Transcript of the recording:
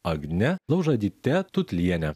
agnė laužadytė tutlienė